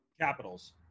Capitals